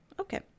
Okay